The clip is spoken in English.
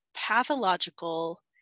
pathological